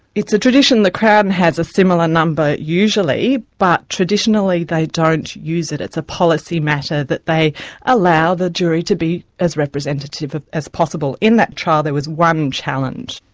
it's a tradition the crown has a similar number usually, but traditionally they don't use it. it's a policy matter that they allow the jury to be as representative ah as possible. in that trial there was one challenge.